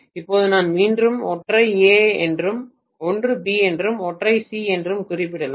எனவே இப்போது நான் மீண்டும் ஒன்றை A என்றும் ஒன்று B என்றும் ஒன்றை C என்றும் குறிப்பிடலாம்